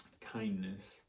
kindness